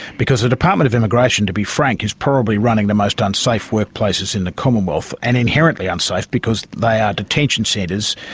because the department of immigration, to be frank, is probably running the most unsafe workplaces in the commonwealth, and inherently unsafe because they are detention centres,